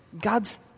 God's